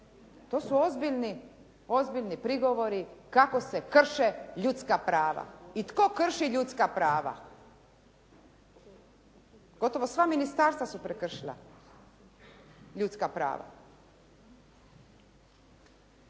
To su ozbiljni prigovori kako se krše ljudska prava i tko krši ljudska prava. Gotovo sva ministarstva su prekršila ljudska prava.